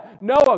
Noah